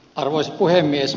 arvoisa puhemies